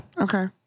Okay